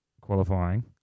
qualifying